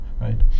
right